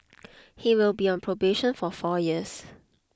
he will be on probation for four years